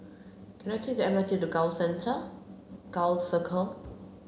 can I take the M R T to Gul Center Gul Circle